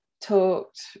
Talked